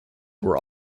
were